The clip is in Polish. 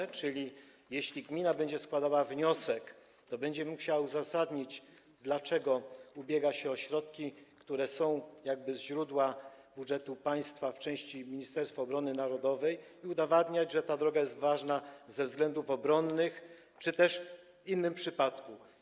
To znaczy jeśli gmina będzie składała wniosek, to będzie musiała uzasadnić, dlaczego ubiega się o środki, które pochodzą z budżetu państwa, z części Ministerstwa Obrony Narodowej, i udowodnić, że droga jest ważna ze względów obronnych czy też w innym przypadku.